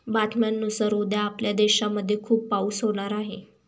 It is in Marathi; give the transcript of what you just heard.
बातम्यांनुसार उद्या आपल्या देशामध्ये खूप पाऊस होणार आहे